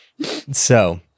So-